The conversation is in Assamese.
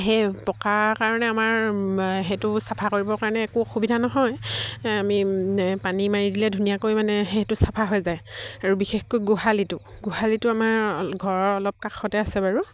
সেই পকা কাৰণে আমাৰ সেইটো চাফা কৰিবৰ কাৰণে একো অসুবিধা নহয় আমি পানী মাৰি দিলে ধুনীয়াকৈ মানে সেইটো চাফা হৈ যায় আৰু বিশেষকৈ গোহালিটো গোহালিটো আমাৰ ঘৰৰ অলপ কাষতে আছে বাৰু